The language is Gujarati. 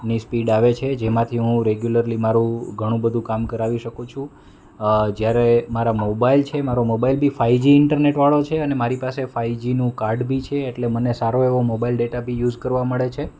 ની સ્પીડ આવે છે જેમાંથી હું રેગ્યુલરલી મારું ઘણું બધું કામ કરાવી શકું છું જ્યારે મારા મોબાઈલ છે મારો મોબાઈલ બી ફાઈજી ઈન્ટરનેટવાળો છે અને મારી પાસે ફાઈજીનું કાર્ડબી છે એટલે મને સારો એવો મોબાઈલ ડેટાબી યુઝ કરવા મળે છે